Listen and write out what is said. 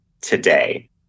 today